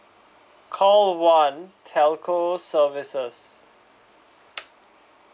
call one telco services